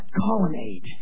colonnade